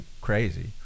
crazy